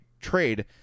trade